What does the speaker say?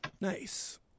Nice